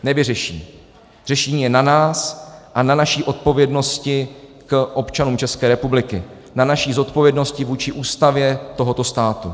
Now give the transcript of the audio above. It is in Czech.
Nevyřeší, řešení je na nás a na naší odpovědnosti k občanům České republiky, na naší odpovědnosti vůči Ústavě tohoto státu.